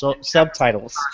subtitles